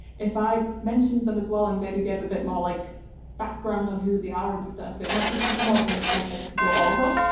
if i mentioned them as well and maybe give a bit more like background on who they are and stuff, it might give people more of an incentive to go over.